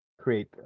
create